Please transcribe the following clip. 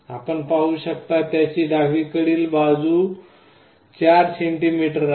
आपण पाहू शकता त्याची डावीकडील लांबी 4 सेंटीमीटर आहे